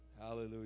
Hallelujah